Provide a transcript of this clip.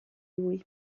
lui